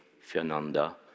Fernanda